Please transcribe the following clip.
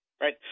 right